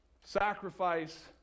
sacrifice